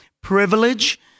privilege